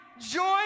join